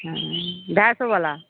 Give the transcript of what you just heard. हँ अढ़ाइ सओवला